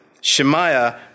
Shemaiah